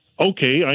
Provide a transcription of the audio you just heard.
okay